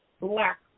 black